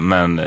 Men